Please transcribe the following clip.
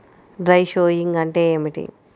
Dry sowing అంటే ఏమిటి?